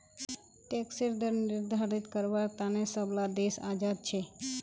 टैक्सेर दर निर्धारित कारवार तने सब ला देश आज़ाद छे